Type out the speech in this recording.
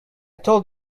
told